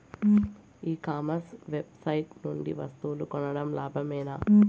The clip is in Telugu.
ఈ కామర్స్ వెబ్సైట్ నుండి వస్తువులు కొనడం లాభమేనా?